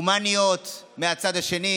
הומניות מהצד השני,